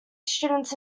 students